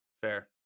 Fair